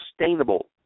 sustainable